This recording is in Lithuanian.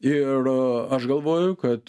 ir aš galvoju kad